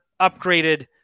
upgraded